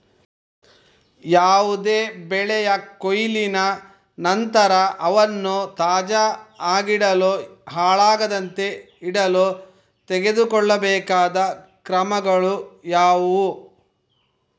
ಯಾವುದೇ ಬೆಳೆಯ ಕೊಯ್ಲಿನ ನಂತರ ಅವನ್ನು ತಾಜಾ ಆಗಿಡಲು, ಹಾಳಾಗದಂತೆ ಇಡಲು ತೆಗೆದುಕೊಳ್ಳಬೇಕಾದ ಕ್ರಮಗಳು ಯಾವುವು?